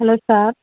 hello sir